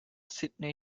sydney